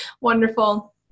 Wonderful